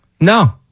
No